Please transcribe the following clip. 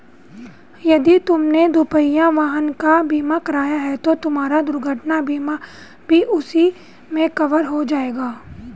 यदि तुमने दुपहिया वाहन का बीमा कराया है तो तुम्हारा दुर्घटना बीमा भी उसी में कवर हो जाएगा